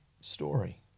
story